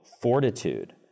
fortitude